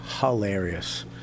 hilarious